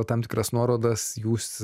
tam tikras nuorodas jūs